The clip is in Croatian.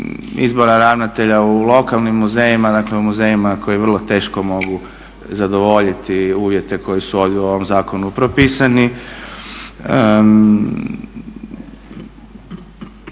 izbora ravnatelja u lokalnim muzejima, dakle u muzejima koji vrlo teško mogu zadovoljiti uvjete koji su ovdje u ovom zakonu propisani.